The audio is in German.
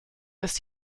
ist